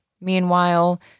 Meanwhile